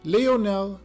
Leonel